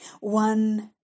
One